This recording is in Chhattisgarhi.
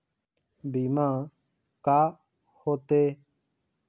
बीमा का होते?